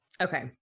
Okay